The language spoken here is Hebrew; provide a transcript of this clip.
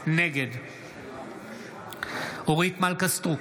נגד אורית מלכה סטרוק,